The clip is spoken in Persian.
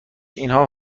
اینا